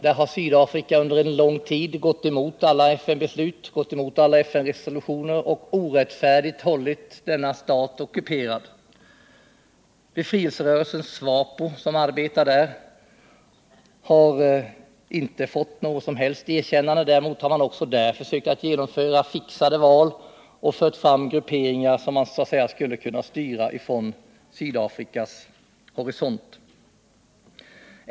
Där har Sydafrika under lång tid gått emot alla FN-resolutioner och orättfärdigt hållit denna stat ockuperad. Befrielserörelsen SWAPO, som arbetar där, har inte fått något som helst erkännande. Däremot har man också där försökt genomföra fixade val, och man har fört fram grupperingar som man skulle kunna styra från Sydafrikas horisont.